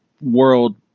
world